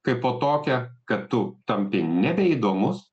kaipo tokia kad tu tampi nebeįdomus